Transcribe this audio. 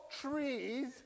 trees